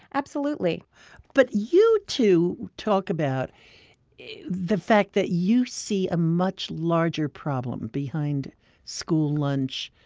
absolutely but you two talk about the fact that you see a much larger problem behind school lunch,